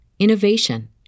Innovation